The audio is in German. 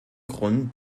grund